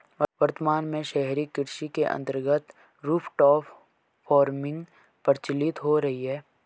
वर्तमान में शहरी कृषि के अंतर्गत रूफटॉप फार्मिंग प्रचलित हो रही है